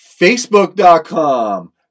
Facebook.com